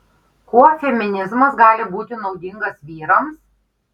kuo feminizmas gali būti naudingas vyrams